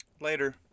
Later